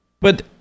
But-